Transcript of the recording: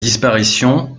disparition